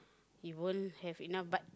he won't have enough but